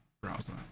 browser